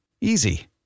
Easy